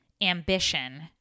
ambition